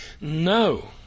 no